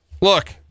look